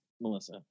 Melissa